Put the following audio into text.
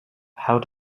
how